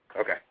Okay